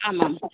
आमाम्